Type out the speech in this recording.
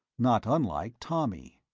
not unlike tommy.